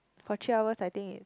for three hours I think it